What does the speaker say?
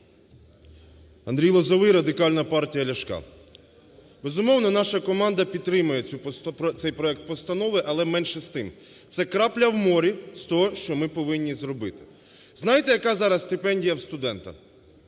Андрій Лозовий, Радикальна партія Ляшка. Безумовно, наша команда підтримує цей проект постанови, але, менше з тим, це крапля в морі з того, що ми повинні зробити. Знаєте, яка зараз стипендія в студента?